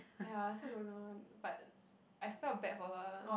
ya I also don't know but I feel bad for her lah